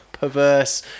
Perverse